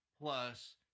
plus